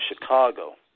Chicago